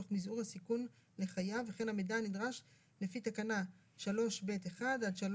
תוך מזעור הסיכון לחייו וכן המידע הנדרש לפי תקנה 3(ב)(1) עד (3)